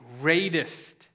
greatest